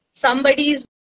Somebody's